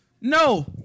no